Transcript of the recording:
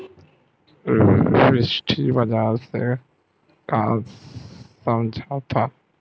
विशिष्ट बजार से का समझथव?